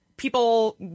people